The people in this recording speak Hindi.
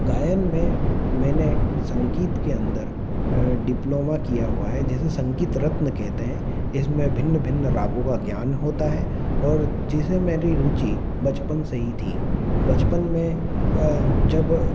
गायन में मैंने संगीत के अन्दर डिप्लोमा किया हुआ है जिसे संगीत रत्न कहते हैं इसमें भिन्न भिन्न रागों का ज्ञान होता है और जिसमें मेरी रुचि बचपन से ही थी बचपन में जब